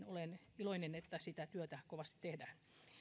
olen iloinen että sitä työtä kovasti tehdään